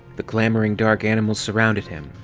the clamoring dark animals surrounded him,